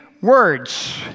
words